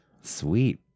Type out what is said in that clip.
sweet